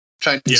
Chinese